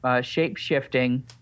shape-shifting